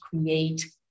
create